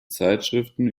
zeitschriften